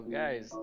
guys